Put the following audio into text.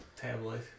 Tablet